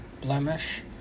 blemish